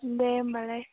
दे होनबालाय